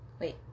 Wait